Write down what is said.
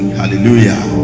hallelujah